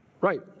Right